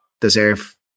deserve